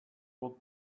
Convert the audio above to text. would